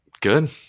Good